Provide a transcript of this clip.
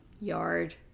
yard